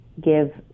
give